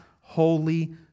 holy